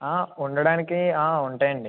ఉండడానికి ఉంటాయండి